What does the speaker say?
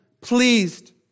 pleased